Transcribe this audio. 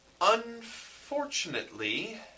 Unfortunately